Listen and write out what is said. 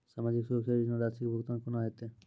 समाजिक सुरक्षा योजना राशिक भुगतान कूना हेतै?